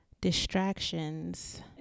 distractions